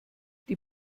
die